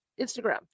Instagram